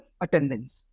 attendance